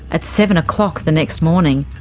at seven o'clock the next morning,